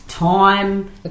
Time